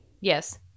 Yes